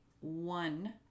one